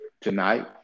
tonight